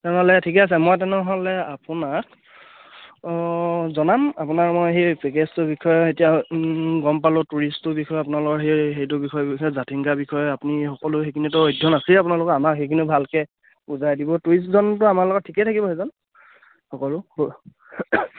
তেনেহ'লে ঠিকে আছে মই তেনেহ'লে আপোনাক অঁ জনাম আপোনাক মই সেই পেকেজটোৰ বিষয়ে এতিয়া গম পালোঁ ট্য়ুৰিষ্টটোৰ বিষয়ে আপোনালোকৰ সেই সেইটোৰ বিষয়ে বিষয়ে জাতিংগাৰ বিষয়ে আপুনি সকলো সেইখিনিতো অধ্যয়ণ আছেই আপোনালোকৰ আমাক সেইখিনি ভালকৈ বুজাই দিব ট্য়ুৰিষ্টজনটো আমাৰ লগত ঠিকেই থাকিব সেইজন সকলো